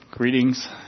Greetings